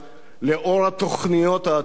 לאור התוכניות העתידיות,